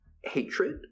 hatred